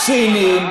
סינים.